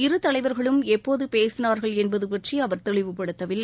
இரு தலைவர்களும் எப்போது பேசினார்கள் என்பது பற்றி அவர் தெளிவுப்படுத்தவில்லை